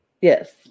Yes